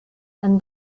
and